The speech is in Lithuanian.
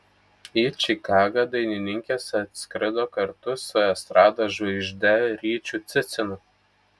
į čikagą dainininkės atskrido kartu su estrados žvaigžde ryčiu cicinu